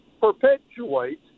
perpetuates